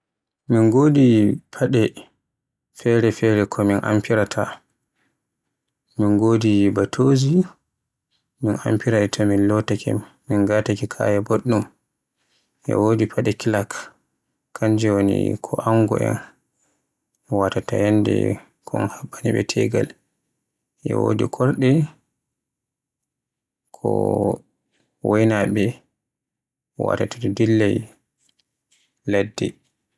Min godi faɗe fere-fere ko min amfiraata. Min godi batozzi min amfira to min lotaake min nagataake kaya buɗɗum. E godi faɗe chark kanjum woni ko ango'en ngatoto yannde ko un haɓɓani ɓe tegal. E wodi korɗe, ko waynaaɓe watata to dillay ladde.